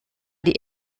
die